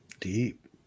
deep